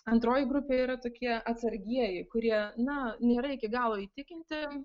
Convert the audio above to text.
antroji grupė yra tokie atsargieji kurie na nėra iki galo įtikinti